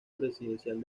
presidencial